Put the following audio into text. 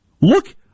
Look